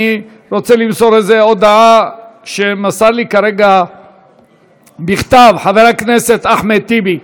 אני רוצה למסור הודעה שמסר לי כרגע בכתב חבר הכנסת אחמד טיבי,